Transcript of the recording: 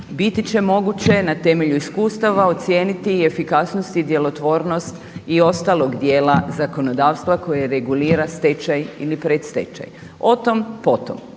biti će moguće na temelju iskustava ocijeniti i efikasnost i djelotvornost i ostalog dijela zakonodavstva koje regulira stečaj ili predstečaj, o tom po tom.